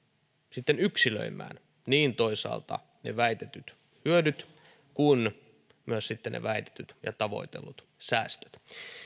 yksilöimään toisaalta niin ne väitetyt hyödyt kuin myös ne väitetyt ja tavoitellut säästöt